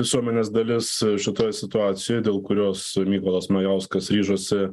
visuomenės dalis šitoj situacijoj dėl kurios mykolas majauskas ryžosi